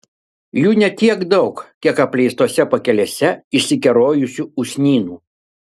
jų ne tiek daug kiek apleistose pakelėse išsikerojusių usnynų